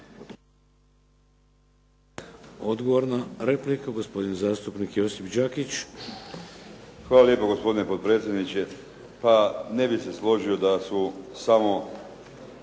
Odgovor na repliku. Gospodin zastupnik Josip Đakić. **Đakić, Josip (HDZ)** Hvala lijepo, gospodine potpredsjedniče. Pa ne bih se složio da su samo